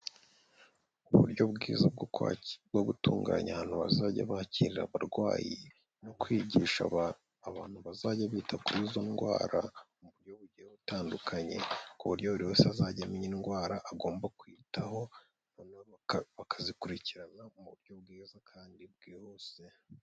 Uburyo bwiza bwo gutunganya ahantu bazajya bakira abarwayi no kwigisha abantu abantu bazajya bita kuri izo ndwara, mu buryo bugiye butandukanye, ku buryo buri wese azajya amenya indwara agomba kwitaho, bakazikurikirana mu buryo bwiza kandi bwihuse.